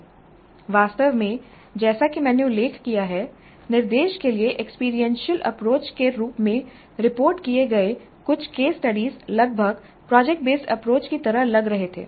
वास्तव में जैसा कि मैंने उल्लेख किया है निर्देश के लिए एक्सपीरियंशियल अप्रोच के रूप में रिपोर्ट किए गए कुछ केस स्टडी लगभग प्रोजेक्ट बेसड अप्रोच की तरह लग रहे थे